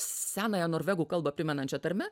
senąją norvegų kalbą primenančia tarme